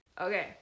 Okay